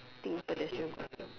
think pedestrian crossing